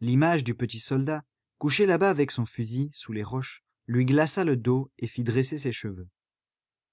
l'image du petit soldat couché là-bas avec son fusil sous les roches lui glaça le dos et fit dresser ses cheveux